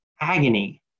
agony